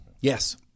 yes